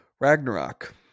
Ragnarok